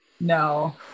No